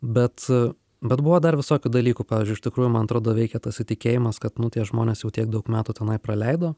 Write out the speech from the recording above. bet bet buvo dar visokių dalykų pavyzdžiui iš tikrųjų man atrodo veikė tas įtikėjimas kad nu tie žmonės jau tiek daug metų tenai praleido